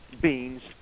beans